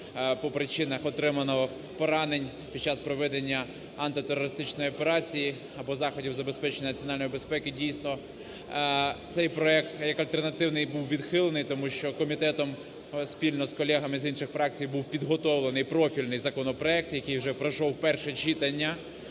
по причинах отриманих поранень під час проведення антитерористичної операції або заходів з забезпечення національної безпеки. Дійсно, цей проект як альтернативний був відхилений, тому що комітетом спільно з колегами з інших фракцій був підготовлений профільний законопроект, який вже пройшов перше читання,